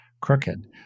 crooked